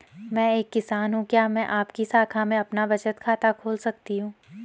मैं एक किसान हूँ क्या मैं आपकी शाखा में अपना बचत खाता खोल सकती हूँ?